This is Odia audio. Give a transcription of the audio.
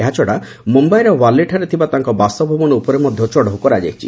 ଏହାଛଡ଼ା ମୁମ୍ଭାଇର ୱର୍ଲିଠାରେ ଥିବା ତାଙ୍କ ବାସଭବନ ଉପରେ ମଧ୍ୟ ଚଢ଼ଉ କରାଯାଇଛି